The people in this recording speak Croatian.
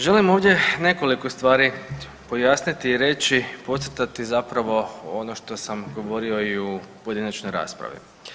Želim ovdje nekoliko stvari pojasniti i reći, podcrtati zapravo ono što sam govorio i u pojedinačnoj raspravi.